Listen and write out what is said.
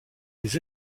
des